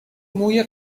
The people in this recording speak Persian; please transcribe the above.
موی